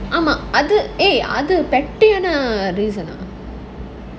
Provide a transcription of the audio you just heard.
ஆமா:aamaa eh அது:adhu petty reason ah